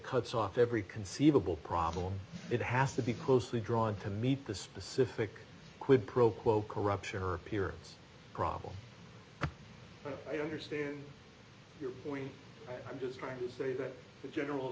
cuts off every conceivable problem it has to be closely drawn to meet the specific quid pro quo corruption her appearance problem i don't understand your point i'm just trying to say that the general